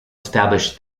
establish